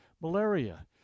malaria